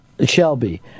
Shelby